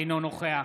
אינו נוכח